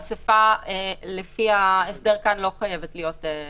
אספה לפי ההסדר כאן לא חייבת להיות פיזית.